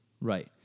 Right